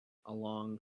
along